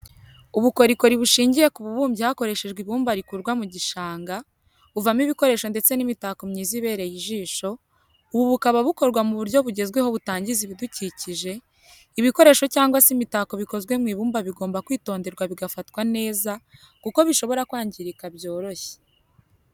Ubukorikori bushingiye ku bubumbyi hakoreshejwe ibumba rikurwa mu gishanga, buvamo ibikoresho ndetse n'imitako myiza ibereye ijisho, ubu bukaba bukorwa mu buryo bugezweho butangiza ibidukikije, ibikoresho cyangwa se imitako bikozwe mu ibumba bigomba kwitonderwa bigafatwa neza, kuko bishobora kwangirika byoroshye.